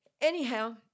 Anyhow